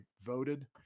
voted